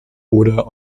oder